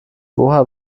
woher